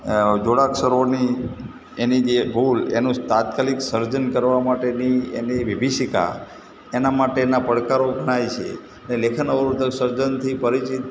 અ જોડાક્ષરોની એની જે ભૂલ એનું સ તાત્કાલિક સર્જન કરવા માટેની એની વિભિષિકા એનાં માટેના પડકારો ઘણાંય છે એ લેખન અવરોધક સર્જનથી પરિચિત